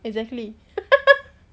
exactly